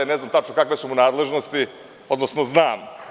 Ne znam tačno kakve su mu nadležnosti, odnosno znam.